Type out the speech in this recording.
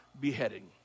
beheading